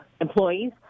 employees